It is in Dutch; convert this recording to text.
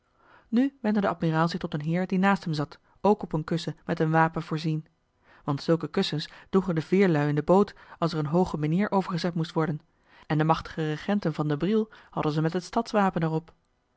nu wendde de admiraal zich tot een heer die naast hem zat ook op een kussen met een wapen voorzien want zulke kussens droegen de veerlui in de boot als er een hooge meneer overgezet moest worden en de machtige regenten van den briel hadden ze met het stadswapen er